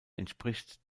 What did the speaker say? entspricht